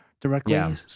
directly